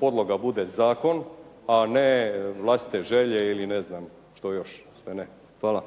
podloga bude zakon a ne vlastite želje ili ne znam što još sve ne. Hvala.